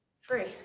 Free